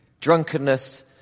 drunkenness